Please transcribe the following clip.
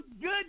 good